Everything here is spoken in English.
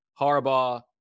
Harbaugh